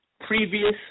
Previous